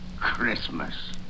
Christmas